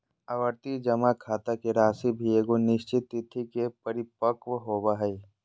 आवर्ती जमा खाता के राशि भी एगो निश्चित तिथि के परिपक्व होबो हइ